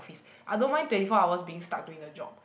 ~ice I don't mind twenty four hours being stuck doing the job